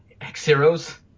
X-Heroes